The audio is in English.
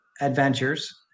Adventures